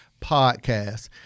podcast